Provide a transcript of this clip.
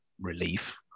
relief